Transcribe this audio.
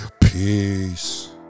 Peace